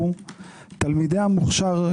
תלמידי המוכשר,